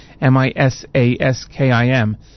m-i-s-a-s-k-i-m